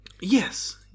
Yes